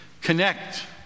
connect